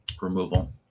removal